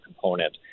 component